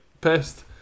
pissed